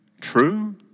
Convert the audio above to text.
true